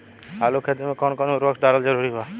आलू के खेती मे कौन कौन उर्वरक डालल जरूरी बा?